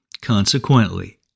Consequently